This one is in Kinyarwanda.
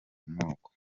moko